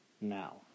now